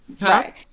right